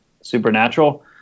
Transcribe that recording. Supernatural